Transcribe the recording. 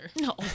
No